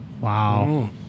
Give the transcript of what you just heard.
Wow